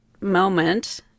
moment